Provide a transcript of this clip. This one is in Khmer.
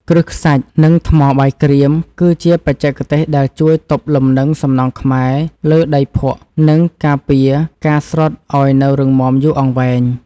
គ្រឹះខ្សាច់ និង ថ្មបាយក្រៀមគឺជាបច្ចេកទេសដែលជួយទប់លំនឹងសំណង់ខ្មែរលើដីភក់ និង ការពារការស្រុតឱ្យនៅរឹងមាំយូរអង្វែង។